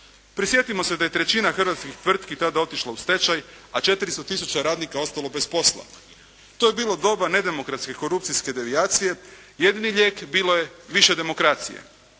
Prisjetimo se da je trećina hrvatskih tvrtki tada otišla u stečaj, a 400 tisuća radnika ostalo bez posla. To je bilo doba nedemokratske korupcijske devijacije. Jedini lijek bilo je više demokracija